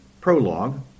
prologue